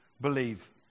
believe